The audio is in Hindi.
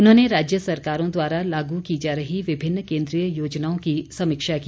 उन्होंने राज्य सरकारों द्वारा लागू की जा रही विभिन्न केन्द्रीय योजनाओं की समीक्षा की